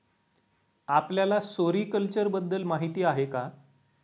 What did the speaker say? आपल्याला सेरीकल्चर बद्दल माहीती आहे का?